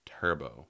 turbo